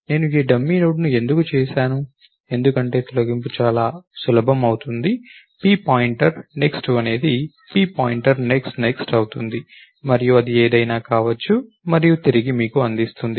నేను ఈ డమ్మీ నోడ్ని ఎందుకు చేసాను ఎందుకంటే తొలగింపు చాలా సులభం అవుతుంది p పాయింటర్ నెక్స్ట్ అనేది p పాయింటర్ నెక్స్ట్ నెక్స్ట్ అవుతుంది మరియు అది ఏదైనా కావచ్చు మరియు తిరిగి మీకు అందిస్తుంది